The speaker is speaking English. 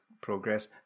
progress